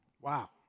Wow